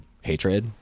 hatred